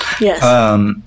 Yes